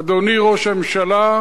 אדוני ראש הממשלה,